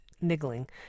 Niggling